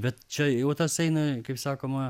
bet čia jau tas eina kaip sakoma